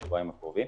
בשבועיים הקרובים.